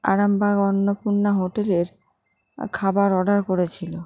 আরামবাগ অন্নপূর্ণা হোটেলের খাবার অর্ডার করেছিলো